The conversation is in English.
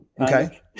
Okay